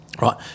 right